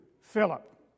Philip